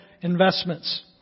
investments